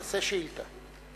תעשה שאילתא.